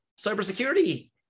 cybersecurity